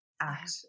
act